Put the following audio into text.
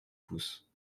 pouce